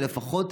שלפחות,